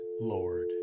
Lord